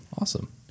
awesome